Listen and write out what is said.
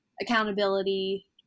accountability